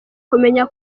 kumenya